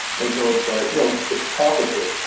and so it's ah you know it's complicated.